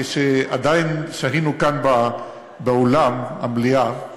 כשעדיין שהינו כאן באולם המליאה,